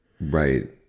Right